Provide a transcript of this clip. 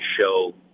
show